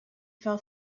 fell